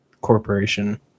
corporation